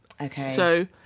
Okay